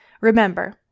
Remember